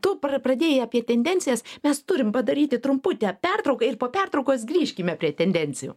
tu pra pradėjai apie tendencijas mes turim padaryti trumputę pertrauką ir po pertraukos grįžkime prie tendencijų